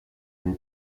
une